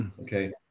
okay